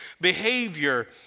behavior